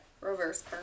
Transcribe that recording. reverse